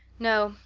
no,